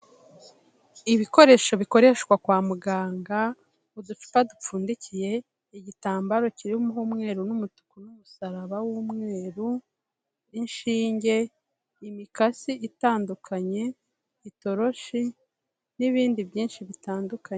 Ibikoresho bikoreshwa kwa muganga, uducupa dupfundikiye, igitambaro kirimo umweru n'umutuku n'umusaraba w'umweru, inshinge, imikasi itandukanye, itoroshi n'ibindi byinshi bitandukanye.